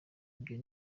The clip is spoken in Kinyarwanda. ibyo